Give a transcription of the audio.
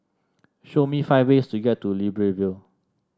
show me five ways to get to Libreville